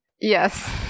Yes